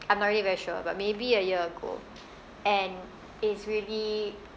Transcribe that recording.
I'm not really very sure but maybe a year ago and it's really